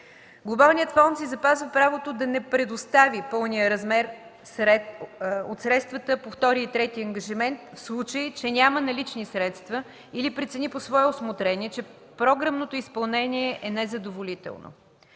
Глобалният фонд си запазва правото да не предостави пълния размер от средствата по втория и третия ангажимент в случай, че няма налични средства или прецени по свое усмотрение, че програмното изпълнение е незадоволително.